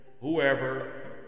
whoever